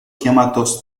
chiamato